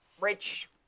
rich